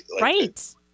Right